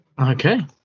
okay